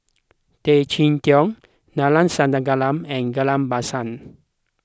Tay Chee Toh Neila Sathyalingam and Ghillie Basan